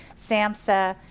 samsa,